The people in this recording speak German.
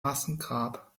massengrab